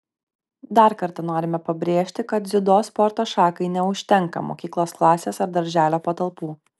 dar kartą norime pabrėžti kad dziudo sporto šakai neužtenka mokyklos klasės ar darželio patalpų